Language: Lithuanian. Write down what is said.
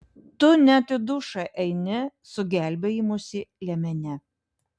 tu net į dušą eini su gelbėjimosi liemene